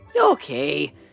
Okay